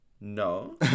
No